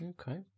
Okay